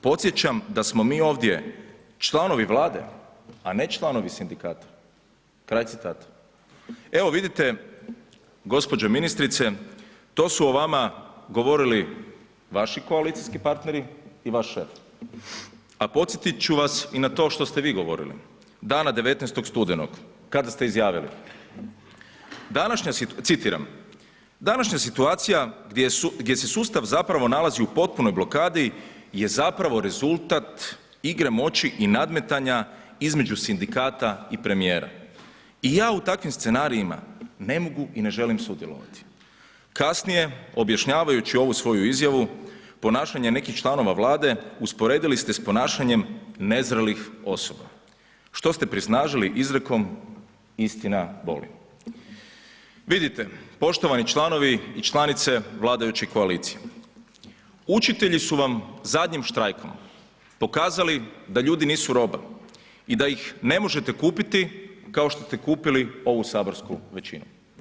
Podsjećam da smo mi ovdje članovi Vlade a ne članovi sindikata.“ Evo vidite gđo. ministrice, to su o vama govorili vaši koalicijski partneri i vaš šef a podsjeti ću vas i na to što ste vi govorili dana 19. studenog kada ste izjavili, citiram: „Današnja situacija gdje se sustav zapravo nalazi u potpunoj blokadi je zapravo rezultat igre moći i nadmetanja između sindikata i premijera i ja u takvim ne mogu i ne želim sudjelovati.“ Kasnije, objašnjavajući ovu svoju izjavu ponašanje nekih članove Vlade, usporedili ste s ponašanjem nezrelih osoba što ste prisnažili izrekom „istina boli.“ Vidite poštovani članovi i članice vladajuće koalicije, učitelji su vam zadnjim štrajkom pokazali da ljudi nisu roba i da ih ne možete kupiti kao što ste kupili ovu saborsku većinu.